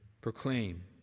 Proclaim